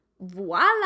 voila